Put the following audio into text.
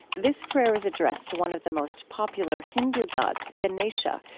this prayer is addressed to one of the most popular hindu gods, ganesha,